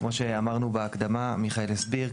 כמו שאמרנו בהקדמה, מיכאל הסביר,